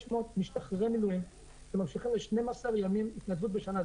משתחררי מילואים שממשיכים ל-12 ימים התנדבות בשנה.